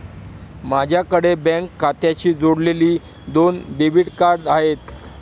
माझ्याकडे बँक खात्याशी जोडलेली दोन डेबिट कार्ड आहेत